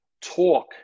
talk